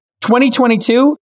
2022